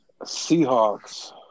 Seahawks